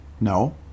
No